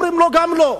אומרים לו, גם לא.